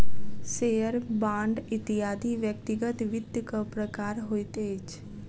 share, bond इत्यादि व्यक्तिगत वित्तक प्रकार होइत अछि